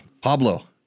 Pablo